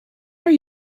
are